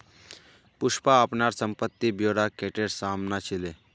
पुष्पा अपनार संपत्ति ब्योरा कोटेर साम न दिले